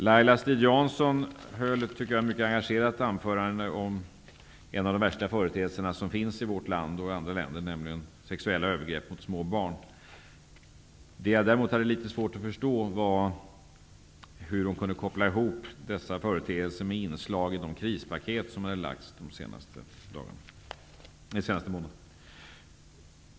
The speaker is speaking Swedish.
Laila Strid-Jansson höll ett i min mening mycket engagerat anförande om en av de värsta företeelserna som finns i vårt land och i andra länder, nämligen sexuella övergrepp mot små barn. Det jag däremot hade litet svårt att förstå var hur hon kunde koppla ihop dessa företeelser med inslag i de krispaket som har lagts fram under den senaste månaden.